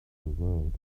world